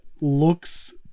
looks